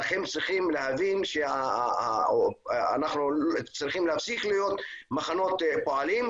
לכן צריכים להבין שאנחנו צריכים להפסיק להיות מחנות פועלים,